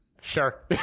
sure